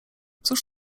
cóż